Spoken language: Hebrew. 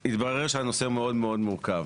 התברר שהנושא מאוד מאוד מורכב,